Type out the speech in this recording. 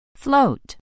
Float